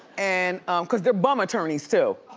and um cause there are bum attorneys too,